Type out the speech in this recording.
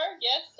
yes